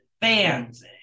fans